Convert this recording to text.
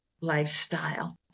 lifestyle